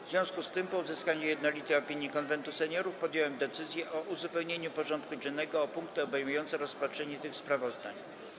W związku z tym, po uzyskaniu jednolitej opinii Konwentu Seniorów, podjąłem decyzję o uzupełnieniu porządku dziennego o punkty obejmujące rozpatrzenie tych sprawozdań.